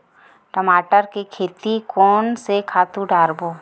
टमाटर के खेती कोन से खातु डारबो?